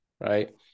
right